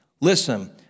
listen